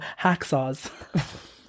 hacksaws